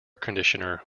conditioner